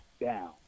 down